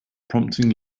prompting